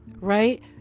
right